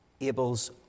Abel's